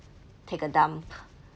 take a dump